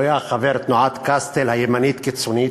והוא היה חבר תנועת "קסטל", הימנית קיצונית.